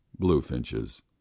bluefinches